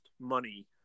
money